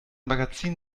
magazin